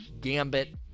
gambit